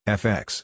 fx